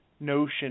notion